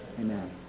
Amen